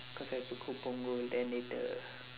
cause I've to go punggol then later